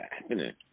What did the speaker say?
happening